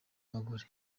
abagore